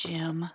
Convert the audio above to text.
Jim